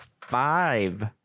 Five